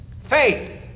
faith